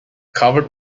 covered